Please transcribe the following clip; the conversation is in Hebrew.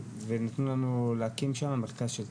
ונתנו לנו להקים שם מתקן של טקוונדו,